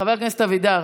חבר הכנסת אבידר.